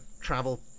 travel